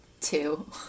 Two